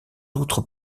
autres